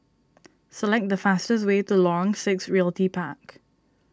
select the fastest way to Lorong six Realty Park